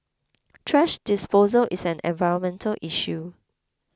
thrash disposal is an environmental issue